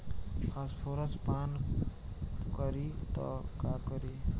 Phosphorus पान करी त का करी?